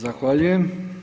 Zahvaljujem.